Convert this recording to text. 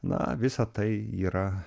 na visa tai yra